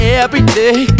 everyday